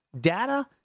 data